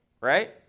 Right